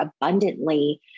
abundantly